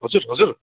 हजुर हजुर